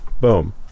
Boom